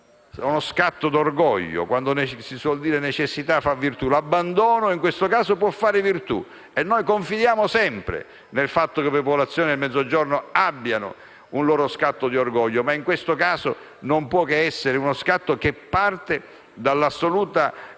uno scatto d'orgoglio. Come si suol dire, si fa di necessità virtù, e quindi l'abbandono, in questo caso, può fare virtù. Noi confidiamo sempre nel fatto che le popolazioni del Mezzogiorno abbiano un loro scatto di orgoglio. In questo caso non può che essere uno scatto che parte dalla